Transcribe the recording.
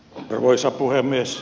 arvoisa puhemies